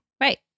Right